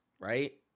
right